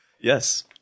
Yes